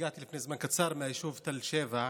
הגעתי לפני זמן קצר מהיישוב תל שבע.